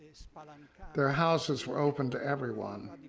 but um their houses were open to every one.